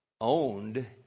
owned